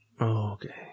Okay